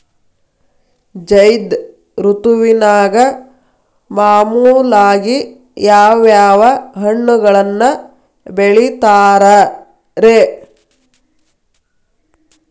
ಝೈದ್ ಋತುವಿನಾಗ ಮಾಮೂಲಾಗಿ ಯಾವ್ಯಾವ ಹಣ್ಣುಗಳನ್ನ ಬೆಳಿತಾರ ರೇ?